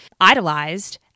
idolized